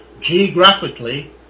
geographically